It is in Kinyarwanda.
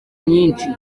nyinshi